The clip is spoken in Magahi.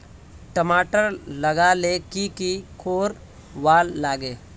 टमाटर लगा ले की की कोर वा लागे?